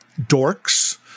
dorks